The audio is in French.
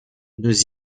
nous